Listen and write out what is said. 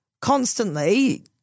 constantly